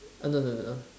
oh no no no no